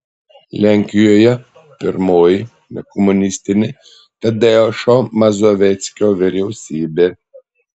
lenkijoje pirmoji nekomunistinė tadeušo mazoveckio vyriausybė